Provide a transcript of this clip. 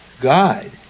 God